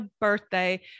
birthday